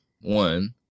One